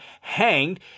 hanged